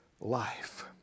life